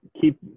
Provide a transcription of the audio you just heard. Keep